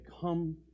come